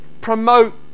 promote